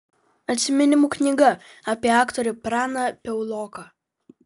atsiminimų knyga apie aktorių praną piauloką